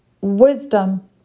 wisdom